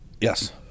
Yes